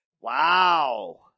Wow